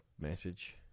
message